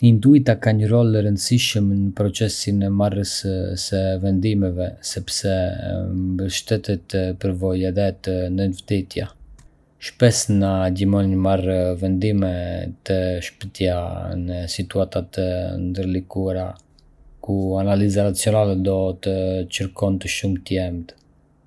Intuita ka një rol të rëndësishëm në procesin e marrjes së vendimeve, sepse mbështetet te përvoja edhe te nënvetëdija. Shpesh na ndihmon me marrë vendime të shpejta në situata të ndërlikuara, ku analiza racionale do të kërkonte shumë tiemp.